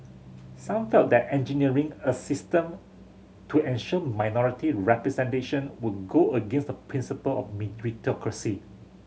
some felt that engineering a system to ensure minority representation would go against the principle of meritocracy